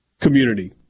community